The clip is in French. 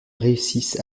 réussissent